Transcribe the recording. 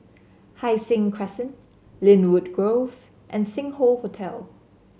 Hai Sing Crescent Lynwood Grove and Sing Hoe Hotel